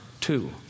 two